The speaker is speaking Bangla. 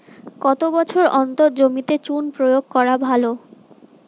কত বছর অন্তর জমিতে চুন প্রয়োগ করা ভালো?